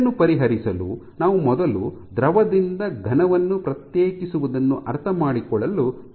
ಇದನ್ನು ಪರಿಹರಿಸಲು ನಾವು ಮೊದಲು ದ್ರವದಿಂದ ಘನವನ್ನು ಪ್ರತ್ಯೇಕಿಸುವದನ್ನು ಅರ್ಥಮಾಡಿಕೊಳ್ಳಲು ಪ್ರಯತ್ನಿಸಬೇಕು